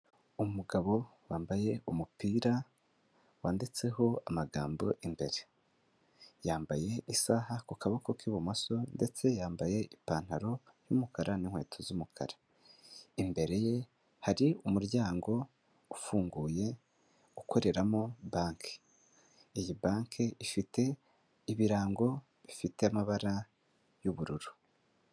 Umugabo wambaye umupira wanditseho amagambo imbere, yambaye isaha ku kaboko k'ibumoso, ndetse yambaye ipantaro y'umukara n'inkweto z'umukara, imbere ye hari umuryango ufunguye ukoreramo banki, iyi banki ifite ibirango bifite amabara y'ubururu.